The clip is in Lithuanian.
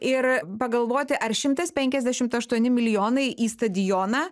ir pagalvoti ar šimtas penkiasdešimt aštuoni milijonai į stadioną